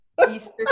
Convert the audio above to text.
Easter